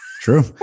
true